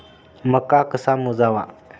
मका कसा मोजावा?